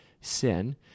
sin